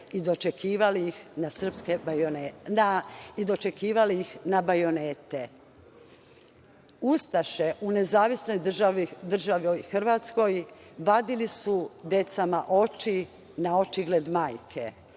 i dočekivali ih na bajonete. Ustaše u Nezavisnoj Državi Hrvatskoj vadili su deci oči na očigled majke.